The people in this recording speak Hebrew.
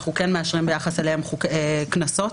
שאנחנו מאשרים לגביהם קנסות,